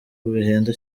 bihenda